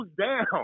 down